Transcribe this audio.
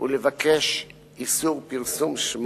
ולבקש איסור פרסום של שמו.